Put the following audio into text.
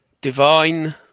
Divine